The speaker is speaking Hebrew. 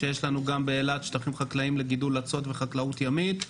יש לנו גם באילת שטחים חקלאיים לגידול אצות וחקלאות ימית,